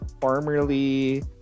formerly